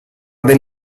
del